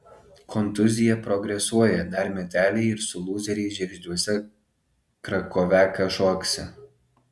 kontuzija progresuoja dar meteliai ir su lūzeriais žiegždriuose krakoviaką šoksi